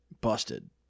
Busted